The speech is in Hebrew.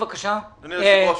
אדוני היושב ראש,